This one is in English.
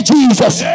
Jesus